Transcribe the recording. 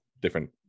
different